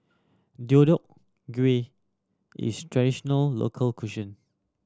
Deodeok Gui is traditional local